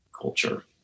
culture